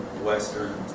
Western